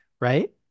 right